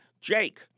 Jake